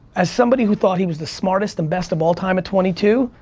as somebody who thought he was the smartest and best of all time at twenty two,